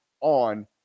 on